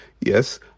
Yes